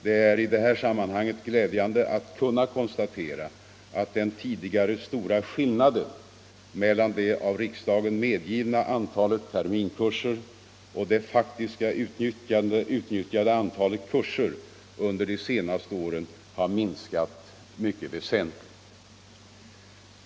Det är i det här sammanhanget glädjande att kunna konstatera att den tidigare stora skillnaden mellan det av riksdagen medgivna antalet terminskurser och det faktiskt utnyttjade antalet kurser under de senaste åren har minskat väsentligt.